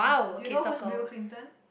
do you know who's Bill-Clinton